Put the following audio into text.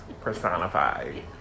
personified